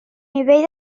nivell